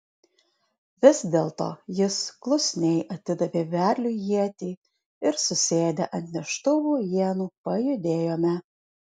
vis dėlto jis klusniai atidavė vedliui ietį ir susėdę ant neštuvų ienų pajudėjome